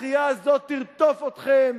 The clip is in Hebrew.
הדחייה הזאת תרדוף אתכם.